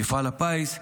מפעל הפיס,